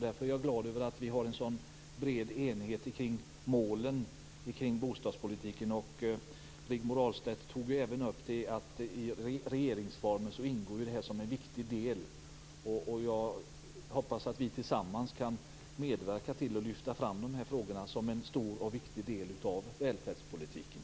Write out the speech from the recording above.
Därför är jag glad över att vi har en så bred enighet kring målen för bostadspolitiken. Rigmor Ahlstedt tog även upp att det här ingår som en viktig del i regeringsformen. Jag hoppas att vi tillsammans kan medverka till och lyfta fram de här frågorna som en stor och viktig del av välfärdspolitiken.